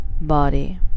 body